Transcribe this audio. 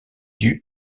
due